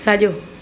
साॼो